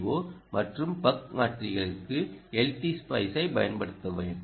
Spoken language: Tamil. ஓ மற்றும் பக் மாற்றிகளுக்கு LT Spiceஐப் பயன்படுத்த வேண்டும்